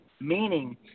meaning –